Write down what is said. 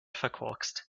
verkorkst